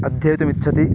अध्येतुमिच्छति